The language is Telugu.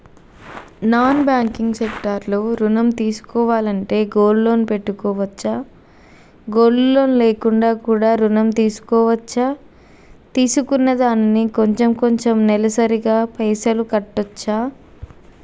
నాన్ బ్యాంకింగ్ సెక్టార్ లో ఋణం తీసుకోవాలంటే గోల్డ్ లోన్ పెట్టుకోవచ్చా? గోల్డ్ లోన్ లేకుండా కూడా ఋణం తీసుకోవచ్చా? తీసుకున్న దానికి కొంచెం కొంచెం నెలసరి గా పైసలు కట్టొచ్చా?